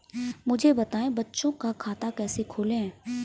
मुझे बताएँ बच्चों का खाता कैसे खोलें?